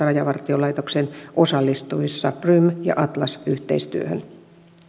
rajavartiolaitoksen osallistuessa prum ja atlas yhteistyöhön